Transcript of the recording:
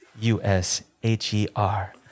U-S-H-E-R